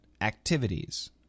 activities